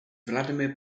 vladimir